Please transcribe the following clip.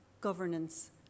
governance